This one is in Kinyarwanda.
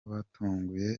batunguye